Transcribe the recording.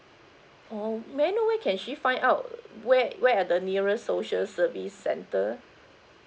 oh may I know where can she find out where where are the nearest social service centre